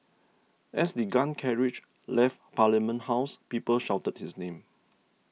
as the gun carriage left Parliament House people shouted his name